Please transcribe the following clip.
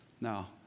Now